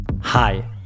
Hi